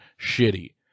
shitty